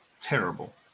terrible